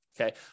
Okay